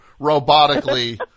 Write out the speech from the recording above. robotically